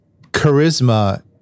charisma